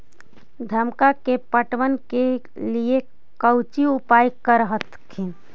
धनमा के पटबन के लिये कौची उपाय कर हखिन?